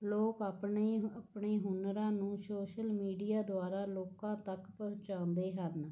ਲੋਕ ਆਪਣੇ ਆਪਣੇ ਹੁਨਰਾਂ ਨੂੰ ਸ਼ੋਸ਼ਲ ਮੀਡੀਆ ਦੁਆਰਾ ਲੋਕਾਂ ਤੱਕ ਪਹੁੰਚਾਉਂਦੇ ਹਨ